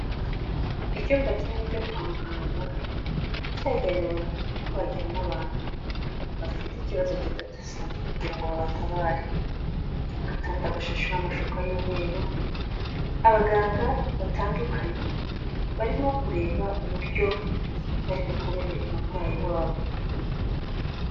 Icyumba kinini cyo kwa muganga cyagenewe kubageramo abantu bafite ikibazo kidasanzwe kugira ngo babatabare agatanda agashasheho amashuka y'umweru abaganga batandukanye barimo kureba uburyo bari bukorere umurwayi wabo.